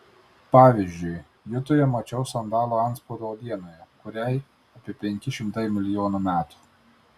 pavyzdžiui jutoje mačiau sandalo atspaudą uolienoje kuriai apie penki šimtai milijonų metų